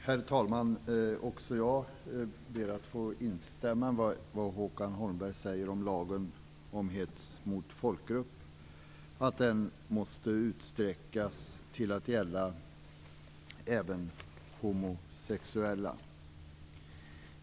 Herr talman! Också jag ber att få instämma i vad Håkan Holmberg säger om lagen om hets mot folkgrupp; att den måste utsträckas till att gälla även homosexuella.